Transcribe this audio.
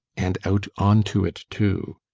and out on to it, too.